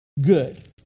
good